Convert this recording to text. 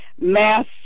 mass